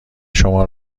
شما